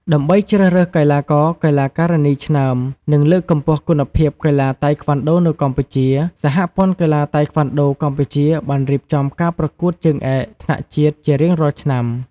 ដើម្បីជ្រើសរើសកីឡាករ-កីឡាការិនីឆ្នើម និងលើកកម្ពស់គុណភាពកីឡាតៃក្វាន់ដូនៅកម្ពុជា សហព័ន្ធកីឡាតៃក្វាន់ដូកម្ពុជាបានរៀបចំការប្រកួតជើងឯកថ្នាក់ជាតិជារៀងរាល់ឆ្នាំ។